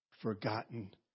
forgotten